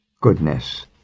goodness